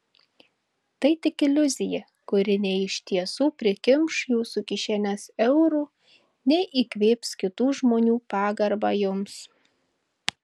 tai tik iliuzija kuri nei iš tiesų prikimš jūsų kišenes eurų nei įkvėps kitų žmonių pagarbą jums